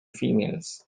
females